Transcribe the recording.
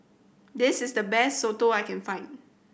this is the best soto I can find